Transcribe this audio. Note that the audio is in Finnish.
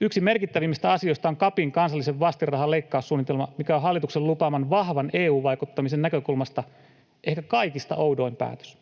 Yksi merkittävimmistä asioista on CAPin kansallisen vastinrahan leikkaussuunnitelma, mikä on hallituksen lupaaman vahvan EU-vaikuttamisen näkökulmasta ehkä kaikista oudoin päätös.